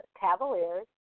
Cavaliers